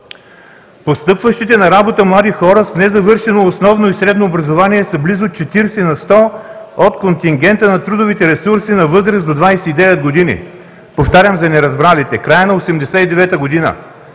„Постъпващите на работа млади хора с незавършено основно и средно образование са близо 40 на сто от контингента на трудовите ресурси на възраст до 29 години”. Повтарям за неразбралите: в края на 1989 г.